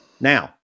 Now